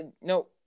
No